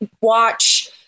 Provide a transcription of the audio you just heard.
watch